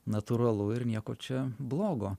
natūralu ir nieko čia blogo